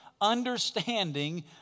understanding